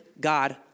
God